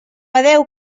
adéu